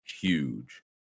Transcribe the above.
huge